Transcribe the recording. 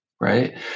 Right